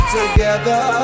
together